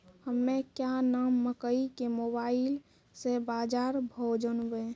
हमें क्या नाम मकई के मोबाइल से बाजार भाव जनवे?